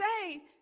say